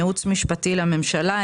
ייעוץ משפטי לממשלה,